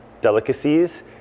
delicacies